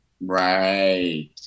right